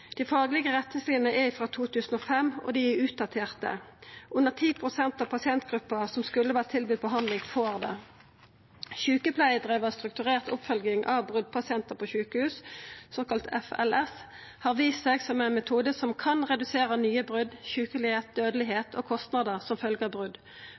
Dei faglege retningslinjene er frå 2005, og dei er utdaterte. Under 10 pst. av pasientgruppa som skulle vore tilbydd behandling, får det. Sjukepleiardriven strukturert oppfølging av brotpasientar på sjukehus, såkalla FLS, har vist seg som ein metode som kan redusera nye brot, sjukelegheit,